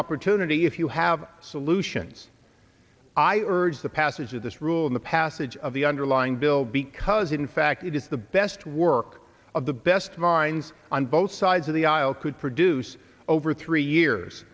opportunity if you have solutions i urge the passage of this rule in the passage of the underlying bill because in fact it is the best work of the best minds on both sides of the aisle could produce over three years